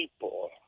people